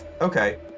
Okay